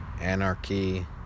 anarchy